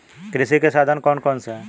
कृषि के साधन कौन कौन से हैं?